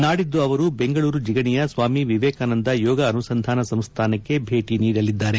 ನಾಡಿದ್ಲು ಅವರು ಬೆಂಗಳೂರು ಜಿಗಣಿಯ ಸ್ವಾಮಿ ವಿವೇಕಾನಂದ ಯೋಗ ಅನುಸಂಧಾನ ಸಂಸ್ಥಾನಕ್ಕೆ ಭೇಟಿ ನೀಡಲಿದ್ದಾರೆ